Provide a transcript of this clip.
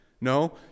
No